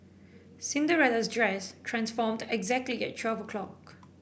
Cinderella's dress transformed exactly at twelve o'clock